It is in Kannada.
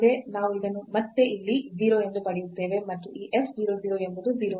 ನಾವು ಇದನ್ನು ಇಲ್ಲಿ ಮತ್ತೆ 0 ಎಂದು ಪಡೆಯುತ್ತೇವೆ ಮತ್ತು ಈ f 0 0 ಎಂಬುದು 0 ಆಗಿದೆ